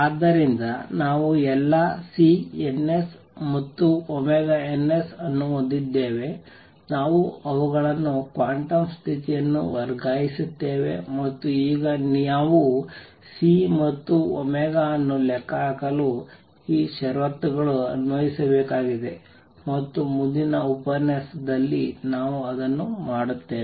ಆದ್ದರಿಂದ ನಾವು ಎಲ್ಲಾ C ns ಮತ್ತು s ಅನ್ನು ಹೊಂದಿದ್ದೇವೆ ನಾವು ಅವುಗಳನ್ನು ಕ್ವಾಂಟಮ್ ಸ್ಥಿತಿಯನ್ನು ವರ್ಗಾಯಿಸುತ್ತೇವೆ ಮತ್ತು ಈಗ ನಾವು C ಮತ್ತು ಅನ್ನು ಲೆಕ್ಕಹಾಕಲು ಈ ಷರತ್ತುಗಳನ್ನು ಅನ್ವಯಿಸಬೇಕಾಗಿದೆ ಮತ್ತು ಮುಂದಿನ ಉಪನ್ಯಾಸದಲ್ಲಿ ನಾವು ಅದನ್ನು ಮಾಡುತ್ತೇವೆ